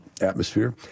atmosphere